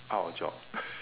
out of job